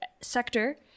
sector